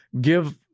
give